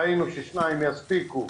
ראינו ששניים יספיקו.